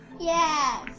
Yes